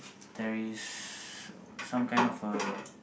there is some kind of a